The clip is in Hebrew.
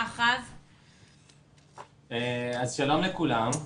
שלום לכולם.